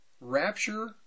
rapture